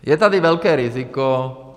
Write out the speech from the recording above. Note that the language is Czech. Je tady velké riziko.